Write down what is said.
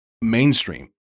mainstream